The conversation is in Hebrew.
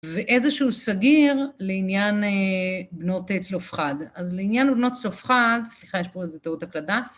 ואיזשהו סגיר, לעניין בנות צלופחד. אז לעניין בנות צלופחד, סליחה, יש פה איזו טעות הקלדה.